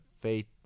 faith